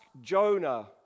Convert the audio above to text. Jonah